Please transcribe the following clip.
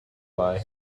why